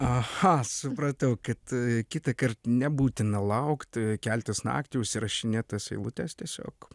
aha supratau kad kitąkart nebūtina laukt keltis naktį užsirašinėt tas eilutes tiesiog